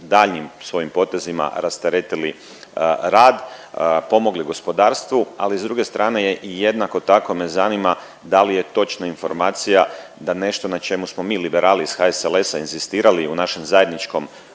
daljnjim svojim potezima rasteretili rad, pomogli gospodarstvu ali s druge strane je i jednako tako me zanima da li je točna informacija da nešto na čemu smo mi Liberali iz HSLS-a inzistirali u našem zajedničkom